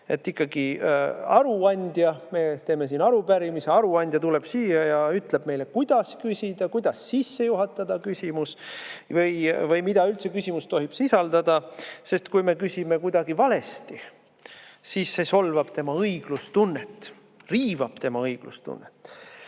Hoopis aruandja – me teeme siin arupärimise – tuleb siia ja ütleb meile, kuidas küsida, kuidas sisse juhatada küsimus või mida üldse küsimus tohib sisaldada. Sest kui me küsime kuidagi valesti, siis see solvab teda, riivab tema õiglustunnet.